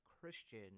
Christian